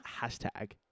hashtag